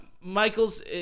Michaels